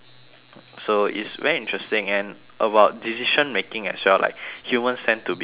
so it's very interesting and about decision making as well like humans tend to be more